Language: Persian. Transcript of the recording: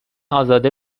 ازاده